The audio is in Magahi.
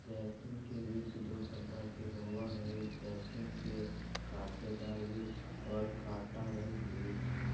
जैतून के वृक्ष दो प्रकार के होवअ हई जैतून के कांटेदार वृक्ष और कांटा रहित वृक्ष